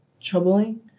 troubling